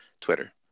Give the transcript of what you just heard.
Twitter